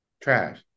trash